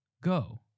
go